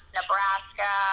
Nebraska